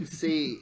see